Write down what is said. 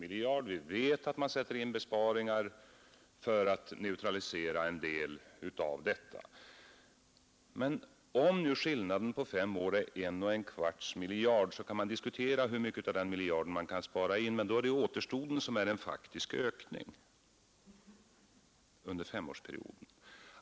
Vi vet att man sätter in besparingar för att neutralisera en del av detta. Men om nu skillnaden på fem år är en och en kvarts miljard, kan man di kutera hur mycket av den miljarden man kan spara in, men då är det återstoden som är en faktisk ökning under femårsperioden.